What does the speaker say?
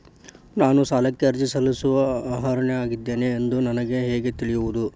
ನಾನು ಸಾಲಕ್ಕೆ ಅರ್ಜಿ ಸಲ್ಲಿಸಲು ಅರ್ಹನಾಗಿದ್ದೇನೆ ಎಂದು ನನಗೆ ಹೇಗೆ ತಿಳಿಯುವುದು?